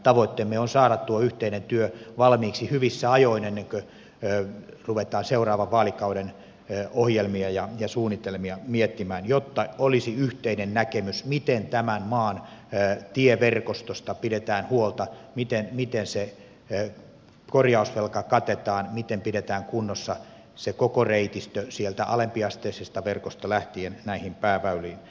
tavoitteemme on saada tuo yhteinen työ valmiiksi hyvissä ajoissa ennen kuin ruvetaan seuraavan vaalikauden ohjelmia ja suunnitelmia miettimään jotta olisi yhteinen näkemys miten tämän maan tieverkostosta pidetään huolta miten se korjausvelka katetaan miten pidetään kunnossa se koko reitistö sieltä alempiasteisesta verkosta lähtien näihin pääväyliin asti